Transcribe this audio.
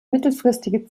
mittelfristige